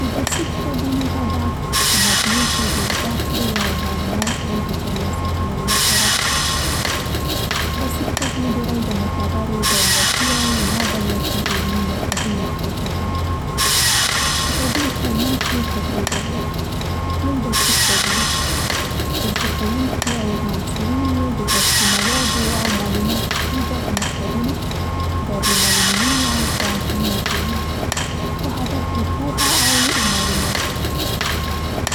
د درسي کتابونو هدف په مجموع کې د زده کړې او معلوماتو د تر لاسه کولو لپاره دي. درسي کتابونه ډېری د معتبرو دولتي او نا دولتي علمي مرکزونو لخوا چاپېږي. کتابونه په عموم کې په درې ډوله دي، یو درسي کتابونه دي، چې زده کوونکي او محصلین یې د درسي موادو او معلوماتو په توګه په مکتبونو، دارالمعلمینونو او پوهنتونونو کې لولي او هدف یې پوهه او معلومات دي.